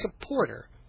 supporter